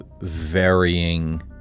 varying